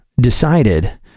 decided